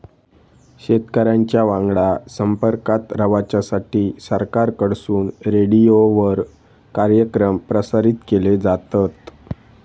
शेतकऱ्यांच्या वांगडा संपर्कात रवाच्यासाठी सरकारकडून रेडीओवर कार्यक्रम प्रसारित केले जातत